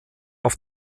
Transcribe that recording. auf